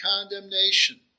condemnation